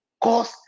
Cause